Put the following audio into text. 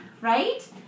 right